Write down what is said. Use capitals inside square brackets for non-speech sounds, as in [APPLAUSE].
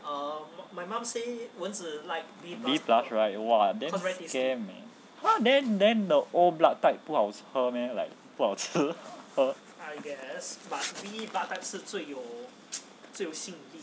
B plus right !wah! damn scam meh !huh! then then the old blood type 不好喝 meh like [LAUGHS] 不好吃喝